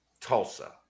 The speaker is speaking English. Tulsa